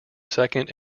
second